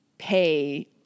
pay